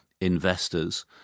investors